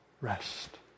rest